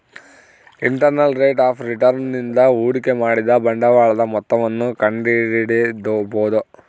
internal rate of return ನಿಂದ ಹೂಡಿಕೆ ಮಾಡಿದ ಬಂಡವಾಳದ ಮೊತ್ತವನ್ನು ಕಂಡಿಡಿಬೊದು